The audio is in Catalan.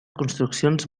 construccions